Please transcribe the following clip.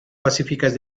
pacíficas